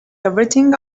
everything